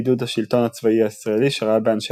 בעידוד השלטון הצבאי הישראלי שראה באנשי